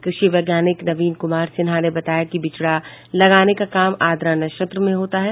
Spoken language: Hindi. कृषि वैज्ञानिक नवीन कुमार सिन्हा ने बताया कि बिचड़ा लगाने का काम आर्द्रा नक्षत्र में ज्यादा होता है